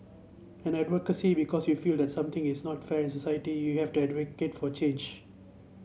and advocacy because you feel that something is not fair in society you have to advocate for change